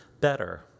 better